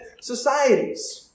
societies